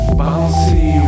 bouncy